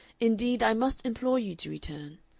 indeed, i must implore you to return.